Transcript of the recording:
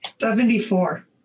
Seventy-four